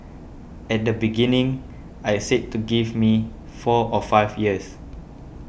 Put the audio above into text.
at the beginning I said to give me four or five years